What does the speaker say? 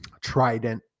trident